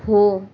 हो